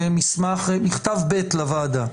מכתב ב' לוועדה,